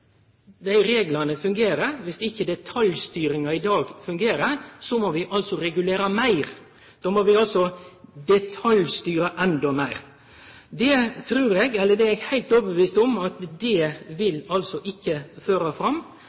ikkje reglane fungerer, dersom ikkje detaljstyringa i dag fungerer, må vi regulere meir, då må vi detaljstyre endå meir. Eg er heilt overtydd om at det ikkje vil føre fram.